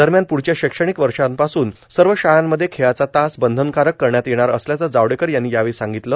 दरम्यान पुढच्या शैक्षणिक वर्षापासून सर्व शाळांमध्ये खेळाचा तास बंधनकारक करण्यात येणार असल्याचं जावडेकर यांनी यावेळी सांगितलं